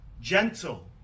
gentle